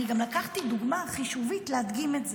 אני גם לקחתי דוגמה חישובית להדגים את זה.